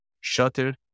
shutter